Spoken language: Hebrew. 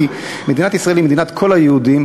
כי מדינת ישראל היא מדינת כל היהודים,